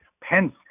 Pence